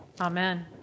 Amen